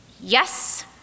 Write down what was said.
Yes